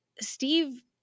Steve